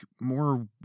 more